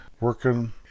working